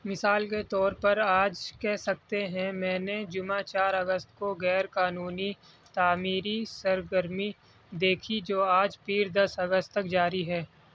مثال کے طور پر آج کہہ سکتے ہیں میں نے جمعہ چار اگست کو غیر قانونی تعمیری سرگرمی دیکھی جو آج پیر دس اگست تک جاری ہے